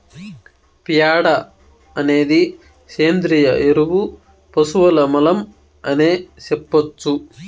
ప్యాడ అనేది సేంద్రియ ఎరువు పశువుల మలం అనే సెప్పొచ్చు